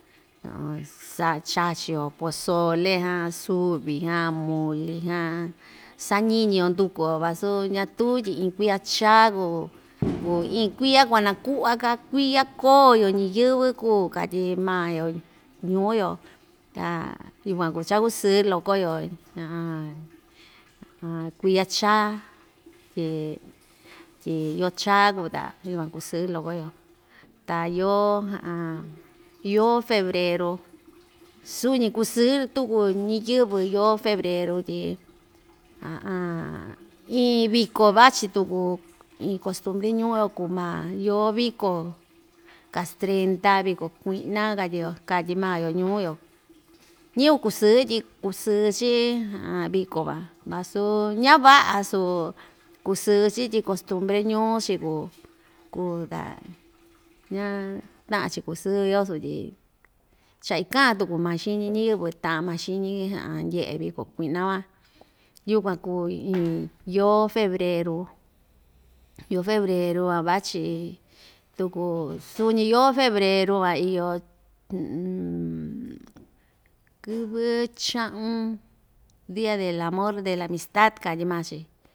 sa'a chachi‑yo pozole jan suvi jan muli jan sañiñi‑yo nduku‑yo vasu ñatuu tyi iin kuiya chaa kuu iin kuiya kuanaku'va‑ka kuiya koo‑yo ñiyɨvɨ kuu katyi maa‑yo ñuu‑yo ta yukuan kuu cha‑kusɨɨ loko‑yo kuiya chaa tyi tyi yoo chaa kuu ta yukuan kusɨɨ loko‑yo ta yoo, yoo febreru suñi kusɨɨ tuku ñiyɨvɨ yoo febreru tyi iin viko vachi tuku iin kostumbri ñuu‑yo kuu maa yoo viko kastrenda viko kui'na katyi‑yo katyi maa‑yo ñuu‑yo ñɨvɨ kusɨɨ tyi kusɨɨ‑chi viko van vasu ña‑va'a su kusɨɨ‑chi tyi kostumbre ñuu‑chi kuu kuu ta ña ta'an‑chi kusɨɨ‑yo sutyi cha ikaan tuku maa xiñi ñiyɨvɨ ta'an maa xiñi ndye'e viko kui'na van yukuan kuu iin yoo febreru, yoo febreru van vachi tuku suñi yoo febreru van iyo kɨvɨ cha'un dia del amor de la amistad katyi maa‑chi.